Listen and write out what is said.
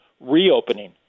reopening